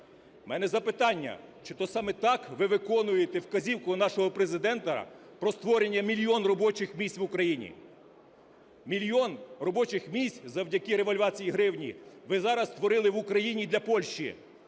В мене запитання: чи то саме так ви виконуєте вказівку нашого Президента про створення мільйон робочих місць в Україні, мільйон робочих місць, завдяки ревальвації гривні? Ви зараз створили в Україні для Польщі,